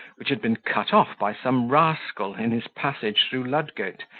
which had been cut off by some rascal in his passage through ludgate,